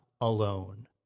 alone